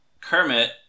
Kermit